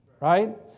right